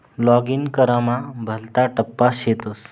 login करामा भलता टप्पा शेतस